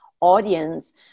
audience